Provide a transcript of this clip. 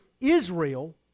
Israel